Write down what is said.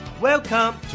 welcome